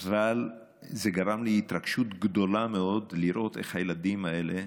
זה גרם לי התרגשות גדולה מאוד לראות איך הילדים האלה,